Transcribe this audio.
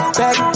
back